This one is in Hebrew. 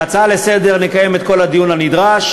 בהצעה לסדר-היום נקיים את כל הדיון הנדרש,